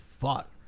fuck